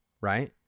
right